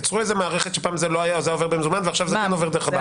יצרו מערכת שפעם זה היה עובר במזומן ועכשיו זה גם עובר דרך הבנק.